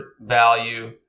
value